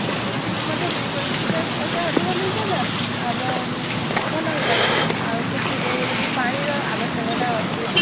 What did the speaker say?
କୃଷିକୁ ମଧ୍ୟ ଦୁଇ ପଇସା ଅଧିକ ମିଳିଥାନ୍ତା ଏବଂ ଭଲ ହୋଇଥାନ୍ତା ଆଉ କୃଷି ପାଇଁ ଏବେ ଟିକେ ପାଣିର ଆବଶ୍ୟକତା ଅଛି